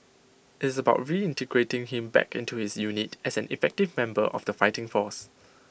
it's about reintegrating him back into his unit as an effective member of the fighting force